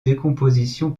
décomposition